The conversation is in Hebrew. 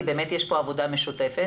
כי באמת יש פה עבודה משותפת.